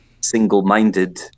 single-minded